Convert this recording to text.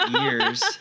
years